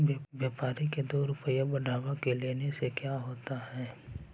व्यापारिक के दो रूपया बढ़ा के लेने से का होता है?